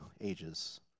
ages